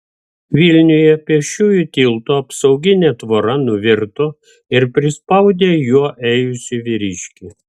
vilniuje pėsčiųjų tilto apsauginė tvora nuvirto ir prispaudė juo ėjusį vyriškį